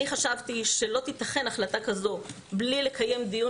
אני חשבתי שלא תיתכן החלטה כזאת בלי לקיים דיון